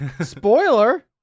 Spoiler